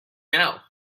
know